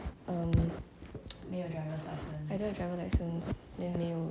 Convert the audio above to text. um hmm I don't have driver's license then 没有